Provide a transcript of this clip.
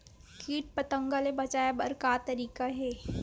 कीट पंतगा ले बचाय बर का तरीका हे?